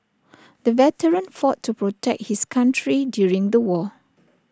the veteran fought to protect his country during the war